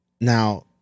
Now